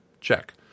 Check